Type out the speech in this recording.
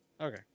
Okay